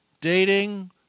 dating